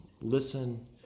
listen